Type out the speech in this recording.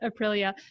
aprilia